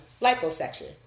liposuction